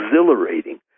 exhilarating